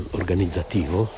organizzativo